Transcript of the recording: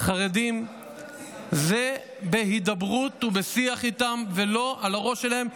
חרדים זה בהידברות ובשיח איתם ולא על הראש שלהם,